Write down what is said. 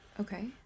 Okay